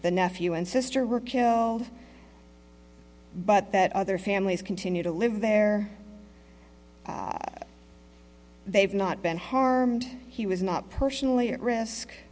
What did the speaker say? the nephew and sister were killed but that other families continue to live there they've not been harmed he was not personally at risk